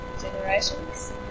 Generations